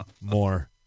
more